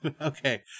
Okay